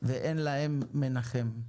ואין להם מנחם",